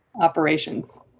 operations